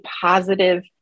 positive